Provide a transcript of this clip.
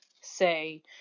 say